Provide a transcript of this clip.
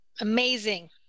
Amazing